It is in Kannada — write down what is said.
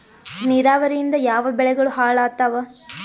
ನಿರಾವರಿಯಿಂದ ಯಾವ ಬೆಳೆಗಳು ಹಾಳಾತ್ತಾವ?